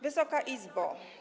Wysoka Izbo!